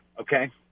okay